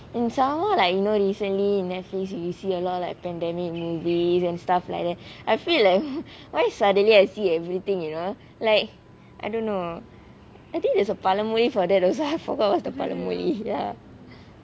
and some more like you know recently Netflix you see a lot like pandemic movies and stuff like that I feel like why suddenly I see everything you know like I don't know I think there's a பழமொழி:pazhamozhi for that also I forgot what's the பழமொழி:pazhamozhi ya